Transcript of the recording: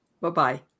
Bye-bye